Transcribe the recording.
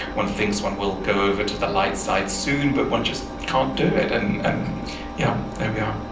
one thinks one will go over to the light side soon, but one just can't do it. and and yeah, there we are.